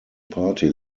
party